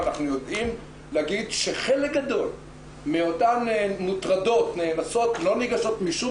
אנחנו יודעים להגיד שחלק גדול מאותן מוטרדות נאנסות לא ניגשות משום